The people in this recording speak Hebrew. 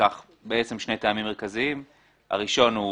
ההליך הזה